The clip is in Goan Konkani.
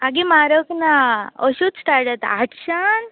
आगे म्हारग ना अश्योच स्टाट आता आटश्यान